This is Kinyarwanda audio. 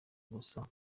gusa